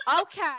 okay